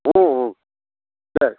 দে